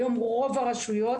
היום לרוב הרשויות